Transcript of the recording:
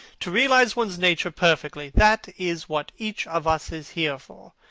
to realize one's nature perfectly that is what each of us is here for.